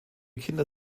kinder